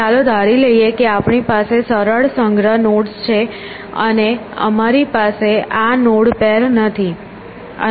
ચાલો ધારી લઈએ કે આપણી પાસે સરળ સંગ્રહ નોડ્સ છે અને અમારી પાસે આ નોડ પેર નથી અને